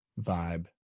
vibe